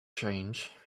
change